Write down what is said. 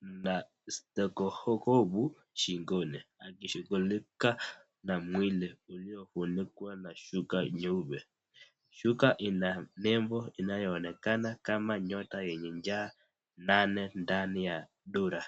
na stethoskopu shingoni akishughulika na mwili uliofunikwa na shuka nyeupe. Shuka ina nembo inayoonekana kama nyota yenye ncha nane ndani ya dura.